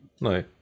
No